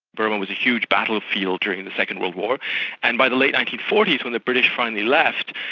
burma was a huge battlefield during the second world war and by the late nineteen forty s when the british finally left,